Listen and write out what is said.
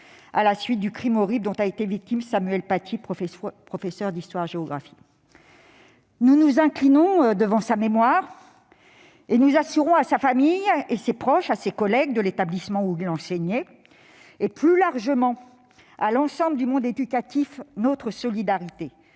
à la suite du crime horrible dont a été victime Samuel Paty, professeur d'histoire-géographie. Nous nous inclinons devant sa mémoire et nous assurons à sa famille et à ses proches, à ses collègues de l'établissement où il enseignait et plus largement à l'ensemble du monde éducatif, notre solidarité.